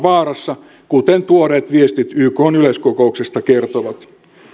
vaarassa kuten tuoreet viestit ykn yleiskokouksesta kertovat